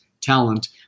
talent